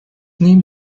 name